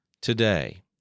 Today